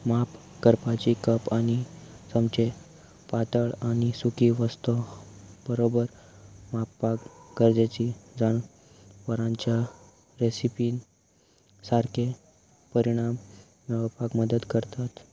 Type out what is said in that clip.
माप करपाची कप आनी सामचे पातळ आनी सुकी वस्तू बरोबर मापपाक गरजेची जाण वरांच्या रेसिपीन सारके परिणाम मेळोवपाक मदत करतात